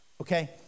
okay